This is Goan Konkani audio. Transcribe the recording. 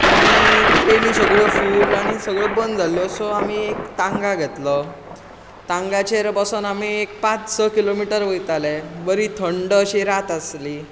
आनी ट्रॅनी सगळ्यो फूल आनी सगळ्यो बंद जाल्ल्यो सो आमी एक टांगा घेतलो टांगाचेर बसून आमी एक पांच स किलोमिटर वयताले बरी थंड अशी रात आसली